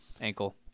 Ankle